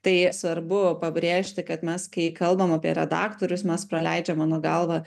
tai svarbu pabrėžti kad mes kai kalbam apie redaktorius mes praleidžiam mano galva